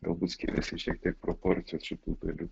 galbūt skiriasi šiek tiek proporcijos šitų dalykų